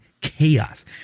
chaos